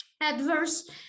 adverse